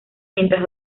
mientras